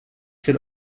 could